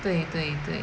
对对对